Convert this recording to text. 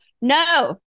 No